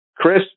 Chris